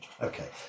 Okay